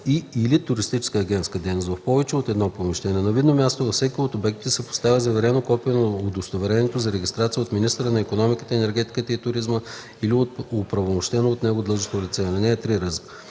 и/или туристическа агентска дейност в повече от едно помещение, на видно място във всеки от обектите се поставя заверено копие на удостоверението за регистрация от министъра на икономиката, енергетиката и туризма или от оправомощено от него длъжностно лице. (3) За